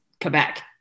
Quebec